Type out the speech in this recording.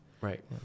Right